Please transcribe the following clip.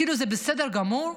כאילו זה בסדר גמור.